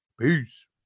Peace